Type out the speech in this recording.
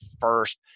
first